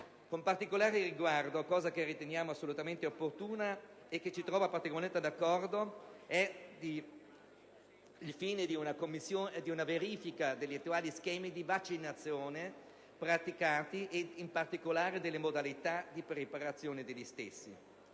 con particolare riguardo - cosa che riteniamo assolutamente opportuna e che ci trova particolarmente d'accordo - alla verifica degli attuali schemi di vaccinazione praticati e, soprattutto, delle modalità di preparazione degli stessi.